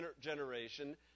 generation